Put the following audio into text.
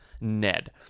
Ned